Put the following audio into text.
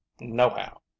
nohow